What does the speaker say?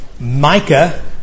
Micah